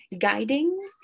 guiding